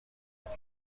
was